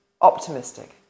Optimistic